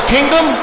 Kingdom